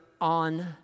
on